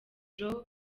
joe